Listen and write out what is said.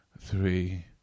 three